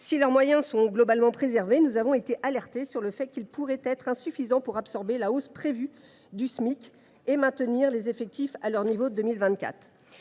Si leurs moyens sont globalement préservés, nous avons été alertés sur le fait qu’ils pourraient être insuffisants pour absorber la hausse prévue du Smic et maintenir les effectifs à leur niveau de 2024.